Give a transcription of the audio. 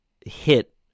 hit